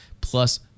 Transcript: plus